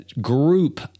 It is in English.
group